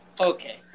Okay